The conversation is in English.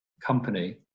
company